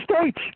states